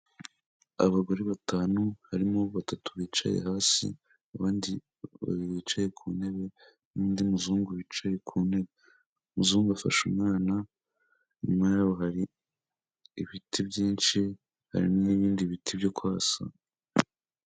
Abagore batanu harimo batatu bicaye hasi abandi babiri bicaye ku ntebe n'undi muzungu wicaye ku ntebe, umuzungu afashe umwana, inyuma yabo hari ibiti byinshi hari n'ibindi biti byo kwasa.